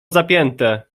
zapięte